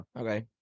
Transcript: Okay